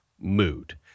mood